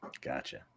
Gotcha